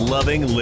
Loving